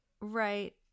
Right